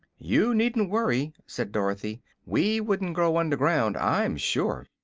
you needn't worry, said dorothy. we wouldn't grow under ground, i'm sure.